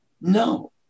No